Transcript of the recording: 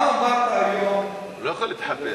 למה באת היום, יום נוח?